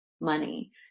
money